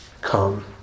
come